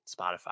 spotify